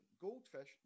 Goldfish